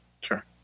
sure